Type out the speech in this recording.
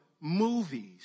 Movies